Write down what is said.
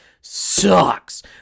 sucks